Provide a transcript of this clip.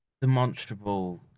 demonstrable